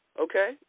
okay